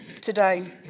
today